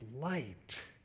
light